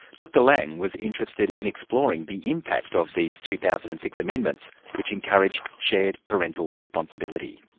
dr laing was interested in exploring the impact of these two thousand and six amendments, which encourage shared parental responsibility.